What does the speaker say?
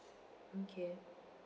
okay